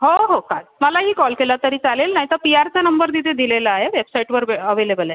हो हो काड मलाही कॉल केला तरी चालेल नाहीतर पी आरचा नंबर तिथे दिलेला आहे वेबसाईटवर वे अवेलेबल आहे